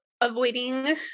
avoiding